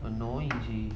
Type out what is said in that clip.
annoying sia